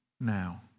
now